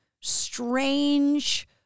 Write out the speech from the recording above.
strange